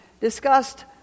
discussed